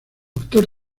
actor